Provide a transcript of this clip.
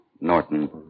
Norton